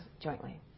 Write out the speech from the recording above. jointly